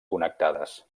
connectades